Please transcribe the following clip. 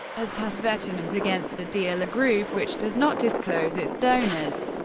as has veterans against the deal, a group which does not disclose its donors.